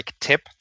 tip